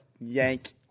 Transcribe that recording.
yank